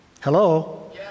Hello